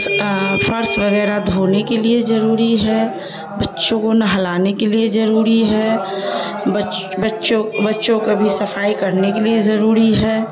فرس وغیرہ دھونے کے لیے ضروری ہے بچوں کو نہلانے کے لیے ضروری ہے بچوں بچوں کا بھی صفائی کرنے کے لیے ضروری ہے